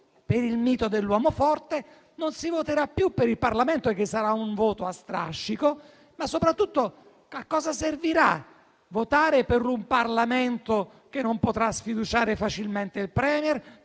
per il mito dell'uomo forte, non si voterà più per il Parlamento perché sarà un voto a strascico, ma soprattutto a cosa servirà votare per un Parlamento che non potrà sfiduciare facilmente il *Premier*,